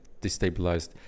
destabilized